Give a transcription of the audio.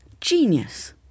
Genius